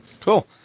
cool